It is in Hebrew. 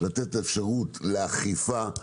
לתת אפשרות לאכיפה,